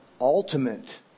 ultimate